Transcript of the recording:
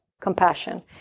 compassion